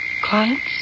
clients